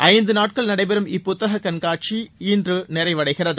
ஐந்து நாட்கள் நடைபெறும் இப்புத்தக காட்சி இன்று நிறைவடைகிறது